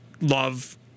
Love